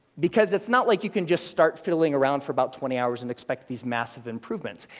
because it's not like you can just start fiddling around for about twenty hours and expect these massive improvements.